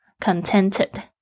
Contented